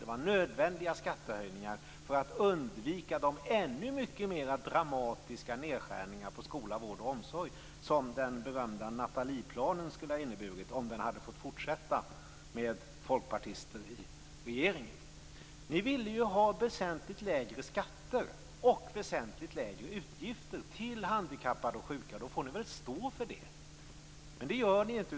Det var nödvändiga skattehöjningar för att undvika de ännu mycket mer dramatiska nedskärningarna inom skola, vård och omsorg som den berömda Natalieplanen skulle ha inneburit om den hade fått fortleva med folkpartister i regeringen. Ni ville ju ha väsentligt lägre skatter och väsentligt lägre utgifter för handikappade och sjuka. Då får ni väl stå för det. Men det gör ni inte.